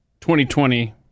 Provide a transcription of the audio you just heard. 2020